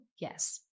yes